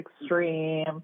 extreme